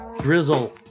drizzle